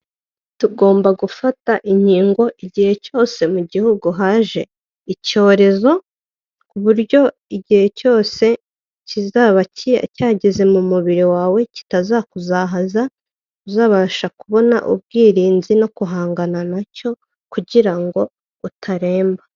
Tugomba gufata inkingo igihe cyose mu gihugu haje icyorezo ku buryo igihe cyose kizaba cyageze mu mubiri wawe kitazakuzahaza uzabasha kubona ubwirinzi no guhangana na cyo kugira ngo utaremba.